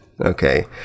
Okay